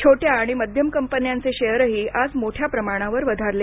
छोट्या आणि मध्यम कंपन्यांचे शेअरही आज मोठ्या प्रमाणावर वधारले